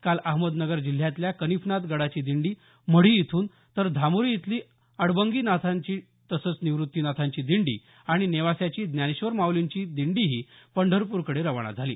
काल अहमदनगर जिल्ह्यातल्या कानिफनाथ गडाची दिंडी मढी इथून तर धामोरी इथली अडबंगी नाथांची तसंच निवृत्ती नाथांची दिंडी आणि नेवास्याची ज्ञानेश्वर माऊलींची दिंडीही पंढरपूरकडे रवाना झाली